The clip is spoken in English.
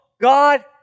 God